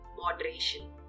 moderation